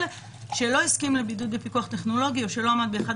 שלא הסכים לבידוד בפיקוח טכנולוגי או שלא עמד באחד